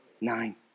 nine